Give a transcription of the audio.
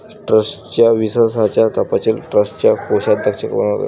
ट्रस्टच्या विश्वासाचा तपशील ट्रस्टचा कोषाध्यक्ष बनवितो